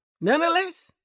Nonetheless